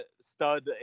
stud